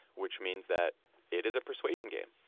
which means that it is a persuasion game.